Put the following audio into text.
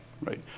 right